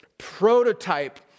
prototype